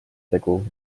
tegu